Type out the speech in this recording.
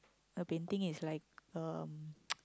a painting is like um